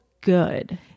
good